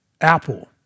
Apple